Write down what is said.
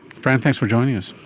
fran, thanks for joining us.